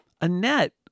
Annette